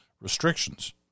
restrictions